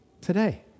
today